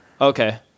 Okay